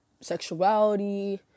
sexuality